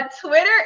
Twitter